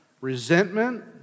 resentment